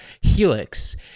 Helix